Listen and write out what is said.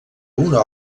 una